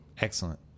Excellent